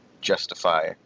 justify